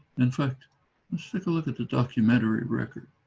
in fact let's take a look at the documentary record